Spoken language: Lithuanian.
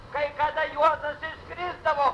kai kada juozas išskrisdavo